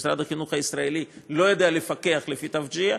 משרד החינוך הישראלי לא יודע לפקח לפי תאוג'יה,